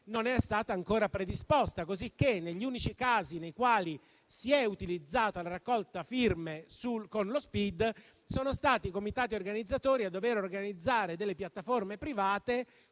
non è stata ancora predisposta. Pertanto, negli unici casi nei quali si è utilizzata la raccolta firme con lo Spid, sono stati i comitati organizzatori a dover organizzare delle piattaforme private,